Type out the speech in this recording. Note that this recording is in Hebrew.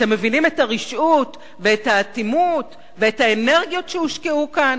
אתם מבינים את הרשעות ואת האטימות ואת האנרגיות שהושקעו כאן?